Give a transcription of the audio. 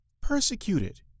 persecuted